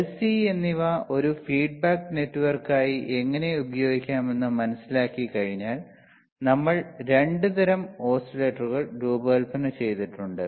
L C എന്നിവ ഒരു feedback നെറ്റ്വർക്കായി എങ്ങനെ ഉപയോഗിക്കാമെന്ന് മനസിലാക്കിക്കഴിഞ്ഞാൽ നമ്മൾ 2 തരം ഓസിലേറ്ററുകൾ രൂപകൽപ്പന ചെയ്തിട്ടുണ്ട്